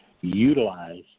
utilize